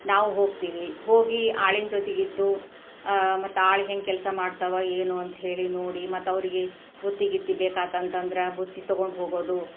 ನಾವು ಹೋಗ್ತೀವಿ ಹೋಗಿ ಆಳಿನ ಜೊತೆಗಿದ್ದು ಮತ್ತೆ ಆಳು ಹೆಂಗೆ ಕೆಲಸ ಮಾಡ್ತವೆ ಏನು ಅಂತಹೇಳಿ ನೋಡಿ ಮತ್ತೆ ಅವ್ರಿಗೆ ಬುತ್ತಿ ಗಿತ್ತಿ ಬೇಕಾತಂತಂದ್ರೆ ಬುತ್ತಿ ತಗೊಂಡು ಹೋಗೋದು